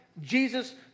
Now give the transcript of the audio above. Jesus